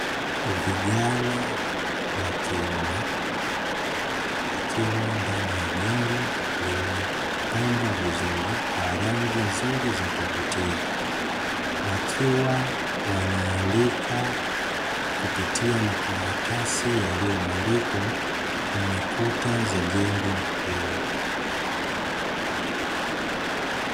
Vijana wa kiume wakiwa ndani ya jengo lililopambwa vizuri kwa rangi nzuri za kuvutia, wakiwa wanaandika kupitia makaratasi yaliyobandikwa kwenye kuta za jengo hilo.